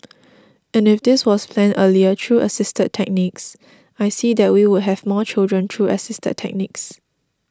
and if this was planned earlier through assisted techniques I see that we would have more children through assisted techniques